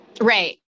Right